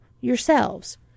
yourselves